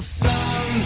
sun